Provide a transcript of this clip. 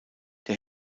der